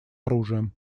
оружием